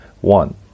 One